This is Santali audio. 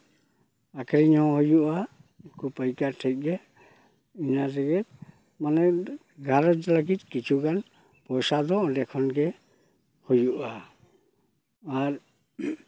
ᱟᱹᱠᱷᱨᱤᱧ ᱦᱚᱸ ᱦᱩᱭᱩᱜᱼᱟ ᱩᱱᱠᱩ ᱯᱟᱹᱭᱠᱹᱟᱨ ᱴᱷᱮᱡ ᱜᱮ ᱤᱱᱟᱹ ᱛᱮᱜᱮ ᱢᱟᱱᱮ ᱜᱷᱟᱨᱚᱸᱡᱽ ᱞᱟᱹᱜᱤᱫ ᱠᱤᱪᱷᱩ ᱜᱟᱱ ᱯᱚᱭᱥᱟ ᱫᱚ ᱚᱸᱰᱮ ᱠᱷᱚᱱ ᱜᱮ ᱦᱩᱭᱩᱜᱼᱟ ᱟᱨ